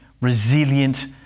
resilient